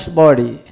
body